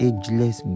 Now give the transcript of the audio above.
Ageless